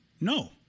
No